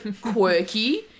quirky